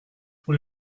pour